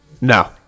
No